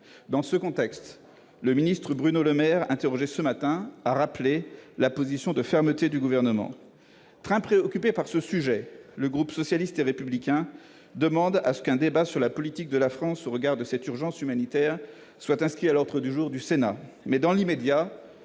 Dans ce contexte, le ministre Bruno Le Maire, interrogé ce matin, a rappelé la « position de fermeté du Gouvernement ». Très préoccupé par ce sujet, le groupe socialiste et républicain demande qu'un débat sur la politique de la France au regard de cette urgence humanitaire soit inscrit à l'ordre du jour du Sénat. Mais, dans l'immédiat,